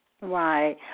Right